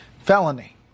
felony